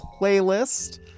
playlist